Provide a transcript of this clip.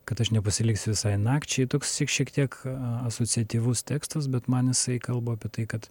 kad aš nepasiliksiu visai nakčiai toks tik šiek tiek asociatyvus tekstas bet man jisai kalba apie tai kad